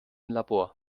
labor